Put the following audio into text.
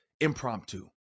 impromptu